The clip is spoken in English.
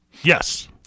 yes